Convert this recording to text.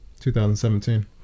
2017